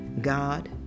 God